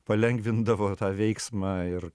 palengvindavo tą veiksmą ir